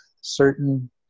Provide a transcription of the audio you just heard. certain